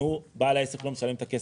בעל העסק לא משלם את הכסף,